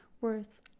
worth